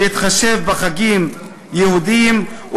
בהתחשב בחגים יהודיים,